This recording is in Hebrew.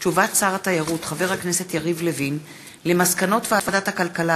שר התיירות חבר הכנסת יריב לוין על מסקנות ועדת הכלכלה